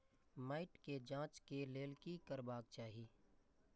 मैट के जांच के लेल कि करबाक चाही?